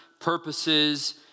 purposes